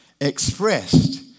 expressed